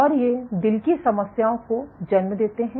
और ये दिल की समस्याओं को जन्म देते हैं